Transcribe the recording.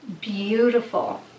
beautiful